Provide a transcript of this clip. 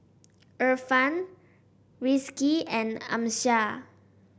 Irfan Rizqi and Amsyar